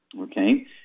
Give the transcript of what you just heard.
Okay